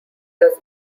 does